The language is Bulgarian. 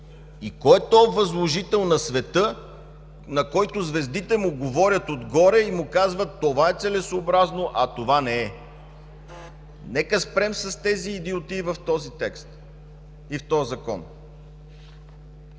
е? Кой е този възложител на света, на който звездите му говорят отгоре и му казват – това е целесъобразно, това не е? Нека спрем с тези идиотии в този текст и този Закон.